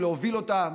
ולהוביל אותם